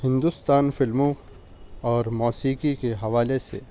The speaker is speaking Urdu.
ہندوستان فلموں اور موسیقی کے حوالے سے